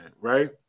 right